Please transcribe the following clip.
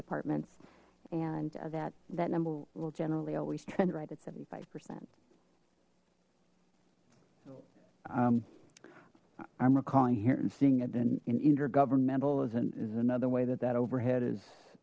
departments and that that number will generally always trend right at seventy five percent i'm recalling here and seeing it didn't in intergovernmental isn't is another way that that overhead is